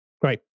great